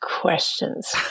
questions